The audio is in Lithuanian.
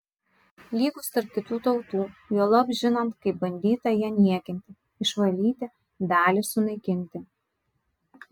lygūs tarp kitų tautų juolab žinant kaip bandyta ją niekinti išvalyti dalį sunaikinti